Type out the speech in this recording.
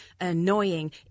annoying